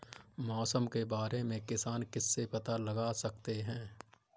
मौसम के बारे में किसान किससे पता लगा सकते हैं?